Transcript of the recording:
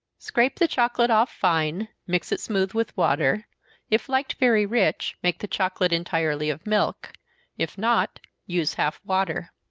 scrape the chocolate off fine, mix it smooth with water if liked very rich, make the chocolate entirely of milk if not, use half water.